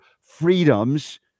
freedoms